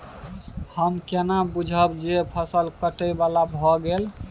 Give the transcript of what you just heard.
हम केना बुझब जे फसल काटय बला भ गेल?